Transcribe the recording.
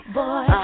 boy